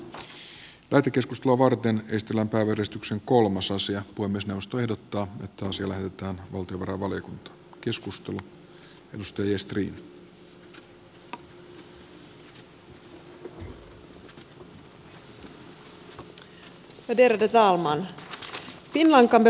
den ekonomiska krisen har ökat osäkerheten i samhället och aktiverat diskussionen om hur vi kan skapa tillväxt och nya arbetsplatser